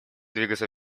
двигаться